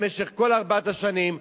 במשך כל ארבע השנים.